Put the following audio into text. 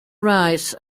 rights